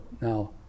now